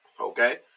Okay